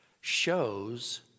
shows